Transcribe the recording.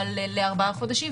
אבל לארבעה חודשים.